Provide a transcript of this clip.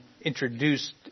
introduced